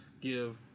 give